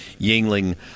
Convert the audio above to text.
Yingling